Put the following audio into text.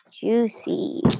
Juicy